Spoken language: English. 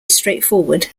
straightforward